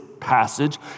passage